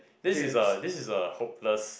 this is a this is a hopeless